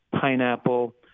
pineapple